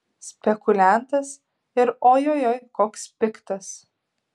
spekuliantas ir ojojoi koks piktas